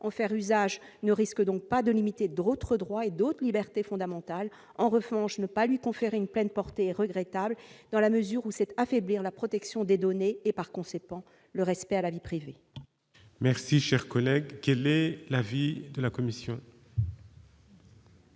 En faire usage ne risque donc pas de limiter d'autres droits et d'autres libertés fondamentales. En revanche, ne pas lui conférer une pleine portée est regrettable, car cela revient à affaiblir la protection des données et, par conséquent, le respect de la vie privée. Quel est l'avis de la commission ?